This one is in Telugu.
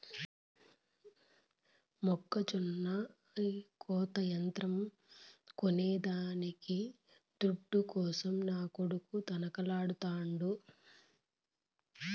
మొక్కజొన్న కోత యంత్రం కొనేదానికి దుడ్డు కోసం నా కొడుకు తనకలాడుతాండు